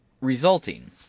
resulting